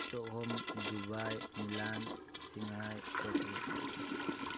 stockholm Dubai Milan Shanghai Tokyo